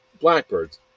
blackbirds